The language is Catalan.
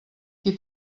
qui